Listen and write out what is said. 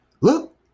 look